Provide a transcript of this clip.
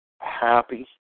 happy